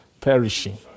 perishing